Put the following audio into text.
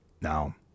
Now